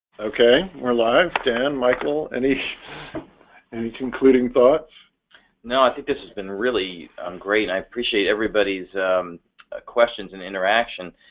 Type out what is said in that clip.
okay, we're live down michael anish and concluding thoughts no, i think this has been really great. i appreciate everybody's questions and interaction